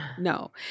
No